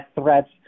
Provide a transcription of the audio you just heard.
threats